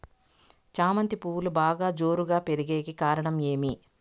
చామంతి పువ్వులు బాగా జోరుగా పెరిగేకి కారణం ఏమి?